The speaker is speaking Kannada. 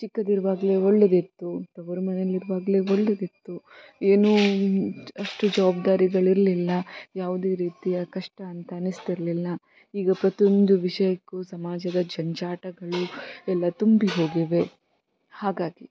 ಚಿಕ್ಕದಿರುವಾಗಲೇ ಒಳ್ಳೆದಿತ್ತು ತವರು ಮನೇಲಿರುವಾಗ್ಲೇ ಒಳ್ಳೆದಿತ್ತು ಏನೂ ಅಷ್ಟು ಜವಾಬ್ದಾರಿಗಳಿರಲಿಲ್ಲ ಯಾವುದೇ ರೀತಿಯ ಕಷ್ಟ ಅಂತ ಅನಿಸ್ತಿರ್ಲಿಲ್ಲ ಈಗ ಪ್ರತಿಯೊಂದು ವಿಷಯಕ್ಕೂ ಸಮಾಜದ ಜಂಜಾಟಗಳು ಎಲ್ಲ ತುಂಬಿ ಹೋಗಿವೆ ಹಾಗಾಗಿ